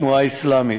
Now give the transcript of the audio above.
התנועה האסלאמית,